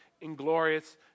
inglorious